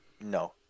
No